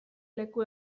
leku